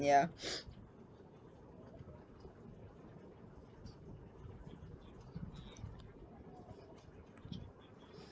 ya